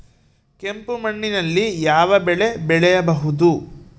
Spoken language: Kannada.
ಕೆಂಪು ಮಣ್ಣಿನಲ್ಲಿ ಯಾವ ಬೆಳೆ ಬೆಳೆಯಬಹುದು?